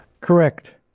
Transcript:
Correct